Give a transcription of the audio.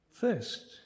First